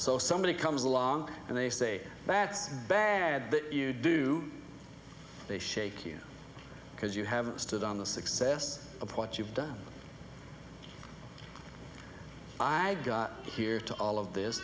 so somebody comes along and they say that's bad that you do they shake you because you have stood on the success of what you've done i got here to all of this